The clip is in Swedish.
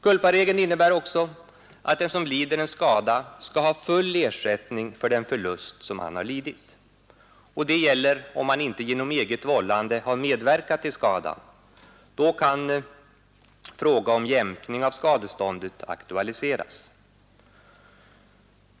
Culparegeln innebär bl.a. att den som lider en skada skall ha full ersättning för den förlust som han har lidit. Detta gäller om han inte genom eget vållande har medverkat till skadan; då kan fråga om jämkning av skadeståndet aktualiseras.